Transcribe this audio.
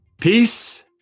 Peace